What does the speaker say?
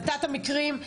נתת מקרים,